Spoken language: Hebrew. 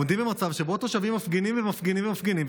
עומדים במצב שבו תושבים מפגינים ומפגינים ומפגינים,